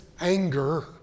anger